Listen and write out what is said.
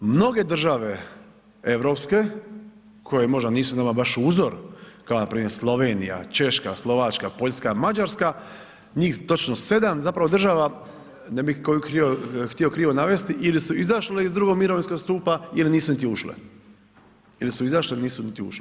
Mnoge države europske koje možda nisu nama baš uzor kao npr. Slovenija, Češka, Slovačka, Poljska, Mađarska njih točno 7 zapravo država, ne bih koju krivo htio navesti, ili su izašle iz drugog mirovinskog stupa ili nisu niti ušle, ili su izašle, nisu niti ušle.